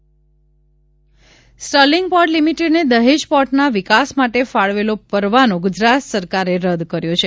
Sterling port Sterling port લિમીટેડને દહેજ પોર્ટના વિકાસ માટે ફાળવેલો પરવાનો ગુજરાત સરકારે રદ્દ કર્યો છે